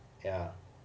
ya